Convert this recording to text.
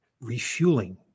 refueling